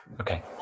Okay